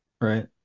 Right